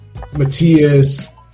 Matias